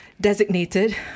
designated